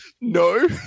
no